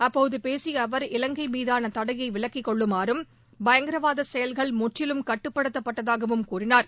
அப்போது பேசிய அவர் இலங்கை மீதான தடையை விலக்கிக்கொள்ளுமாறும் பயங்கரவாத செயல்கள் முற்றிலும் கட்டுப்படுத்த பட்டதாகவும் கூறினார்